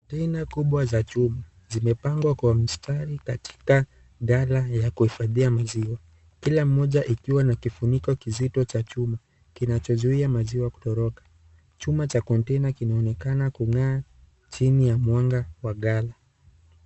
Container kubwa za chuma zimepangwa kwa mstari katika dala ya kuhifadhia maziwa kila mmoja ikiwa na kifuniko kizito cha chuma kinachozuia maziwa kutoroka. Chuma cha container kinaonekana kungaa chini ya mwanga wa gari.